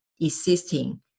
existing